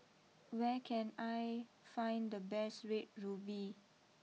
where can I find the best Red ruby